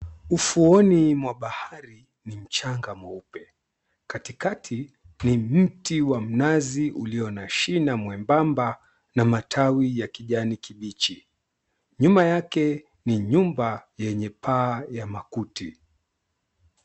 Ufuoni mwa bahari ni mchanga mweupe , katikati ni mti wa mnazi ulio na shina mwembamba na matawi ya kijani kibichi .nyuma yake ni nyumba yenye paa ya makuti.